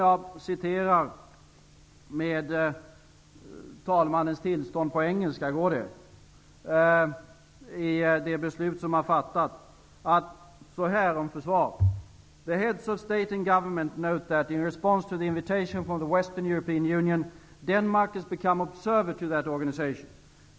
Låt mig med talmannens tillstånd citera på engelska, om försvaret, ur det beslut som har fattats: ''The heads of state and government note that in response to the invitation from the Western European Union, Denmark has become observer to that organisation.